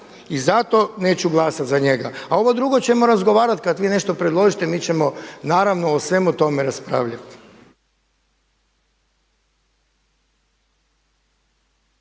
i zato neću glasat za njega. A ovo drugo ćemo razgovarat kad vi nešto predložite mi ćemo naravno o svemu tome raspravljati.